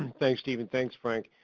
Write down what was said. thanks steven, thanks frank.